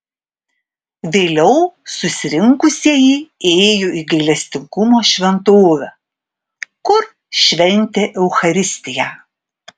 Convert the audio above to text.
vėliau susirinkusieji ėjo į gailestingumo šventovę kur šventė eucharistiją